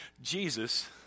Jesus